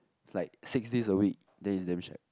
like six days a week then is damn shag